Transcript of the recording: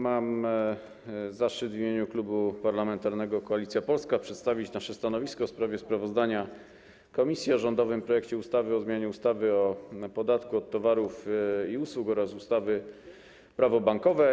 Mam zaszczyt w imieniu Klubu Parlamentarnego Koalicja Polska przedstawić stanowisko wobec sprawozdania komisji o rządowym projekcie ustawy o zmianie ustawy o podatku od towarów i usług oraz ustawy - Prawo bankowe.